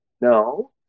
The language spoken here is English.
No